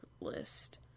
list